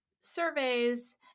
surveys